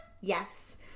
Yes